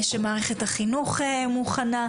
שמערכת החינוך מוכנה,